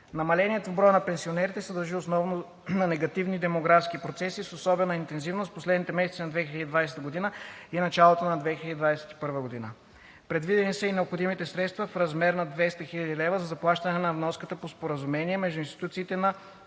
Намалението в броя на пенсионерите се дължи основно на негативни демографски процеси с особена интензивност в последните месеци на 2020 г. и началото на 2021 г. Предвидени са и необходимите средства в размер на 200 000 лв. за заплащане на вноската по споразумение между институциите на